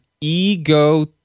Ego